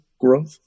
growth